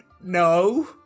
no